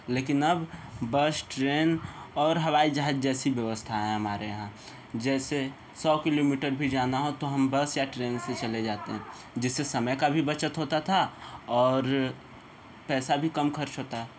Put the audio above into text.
लेकिन अब bus train और हवाई जहाज जैसी व्यवस्था है हमारे यहाँ जैसे सौ किलोमीटर भी जाना हो तो हम बस या ट्रेन से चले जाते हैं जिससे समय का भी बचत होता था और पैसा भी कम खर्च होता है